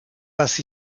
was